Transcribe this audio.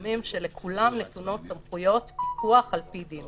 גורמים שלכולם נתונות סמכויות פיקוח על פי דין.